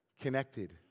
connected